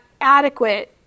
adequate